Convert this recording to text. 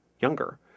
younger